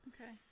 Okay